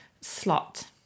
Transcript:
slot